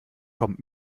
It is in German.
kommt